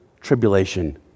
tribulation